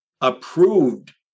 approved